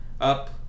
Up